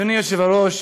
אדוני היושב-ראש,